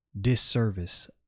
disservice